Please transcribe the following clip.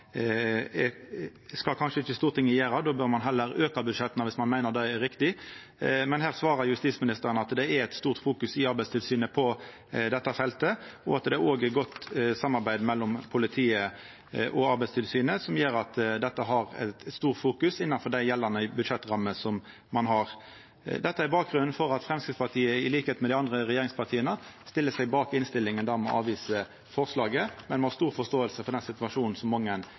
skal kanskje ikkje Stortinget gjera. Då bør ein heller auka budsjetta dersom ein meiner det er riktig. Her svarar justisministeren at det i Arbeidstilsynet er eit stort fokus på dette feltet, og at godt samarbeid mellom politiet og Arbeidstilsynet gjer at dette har stort fokus innanfor dei gjeldande budsjettrammene som ein har. Dette er bakgrunnen for at Framstegspartiet, i likskap med dei andre regjeringspartia, stiller seg bak innstillinga, der me avviser forslaget. Men me har stor forståing for den situasjonen som mange er